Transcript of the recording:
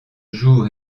joue